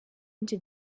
into